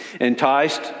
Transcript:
Enticed